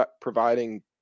providing